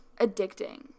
addicting